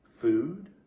food